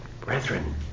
brethren